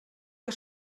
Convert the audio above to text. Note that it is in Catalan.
que